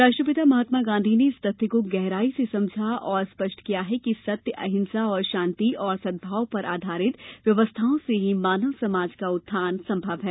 राष्ट्रपिता महात्मा गांधी ने इस तथ्य को गहराई से समझा और स्पष्ट किया कि सत्य अहिंसा और शांति और सदभाव पर आधारित व्यवस्थाओं से ही मानव समाज का उत्थान संभव है